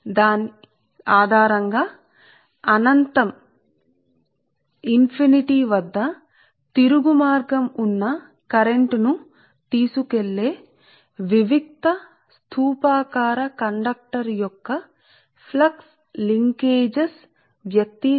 కాబట్టి దాని ఆధారం గా మేము కరెంట్ తీసుకొనే ఒక ఏకాకి స్థూపాకార కండక్టర్ యొక్క ఫ్లక్స్ అనుసంధానాల కోసం సమీకరణములను అభివృద్ధి చేస్తాము